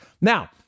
Now